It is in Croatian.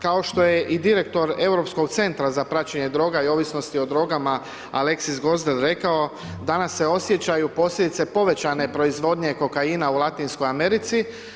Kao što je i direktor Europskog centra za praćenje droga i ovisnosti o drogama Alexis Goosdeel rekao, danas se osjećaju posljedice povećane proizvodnje kokaina u Latinskoj Americi.